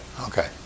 okay